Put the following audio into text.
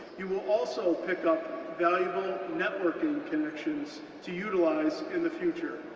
you will also pick up valuable networking connections to utilize in the future.